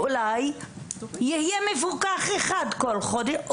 אולי יהיה מפוקח אחד כל חודש.